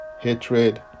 hatred